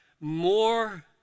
more